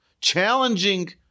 challenging